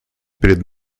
перед